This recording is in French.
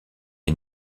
est